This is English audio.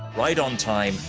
ride on time,